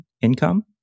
income